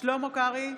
שלמה קרעי,